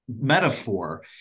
metaphor